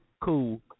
cool